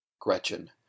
gretchen